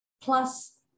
plus